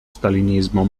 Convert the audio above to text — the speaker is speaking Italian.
stalinismo